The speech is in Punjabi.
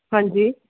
ਹਾਂਜੀ